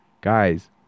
Guys